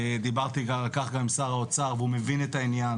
דיברתי על כך גם עם שר האוצר והוא מבין את העניין